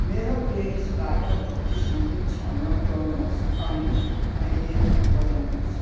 मेरो प्ले लिस्टबाट भक्ति सङ्गीत छनोट गर्नु होस् अनि अहिल्यै बजाउनु होस्